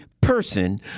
person